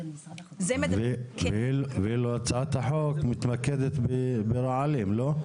ואילו הצעת החוק מתמקדת ברעלים, לא?